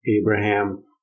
abraham